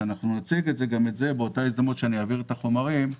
ואנחנו נציג גם את זה באותה הזדמנות שאעביר את החומרים,